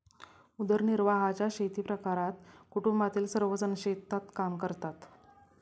उदरनिर्वाहाच्या शेतीप्रकारात कुटुंबातील सर्वजण शेतात काम करतात